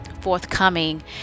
forthcoming